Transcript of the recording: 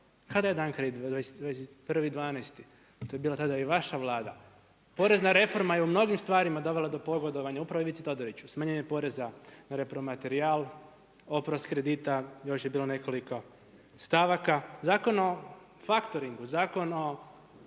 se ne razumije./… 21.12. to je bila tada i Vaša Vlada. Porezna reforma je u mnogim stvarima dovela do pogodovanja upravo Ivici Todoriću, smanjenje poreza na repromaterijal, oprost kredita, još je bilo nekoliko stavaka. Zakon o faktoringu, Zakon o